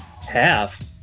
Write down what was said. half